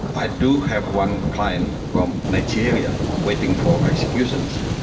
i do have one client from nigeria waiting for execution.